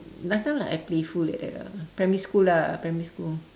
last time like I playful like that ah primary school ah primary school